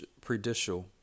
prejudicial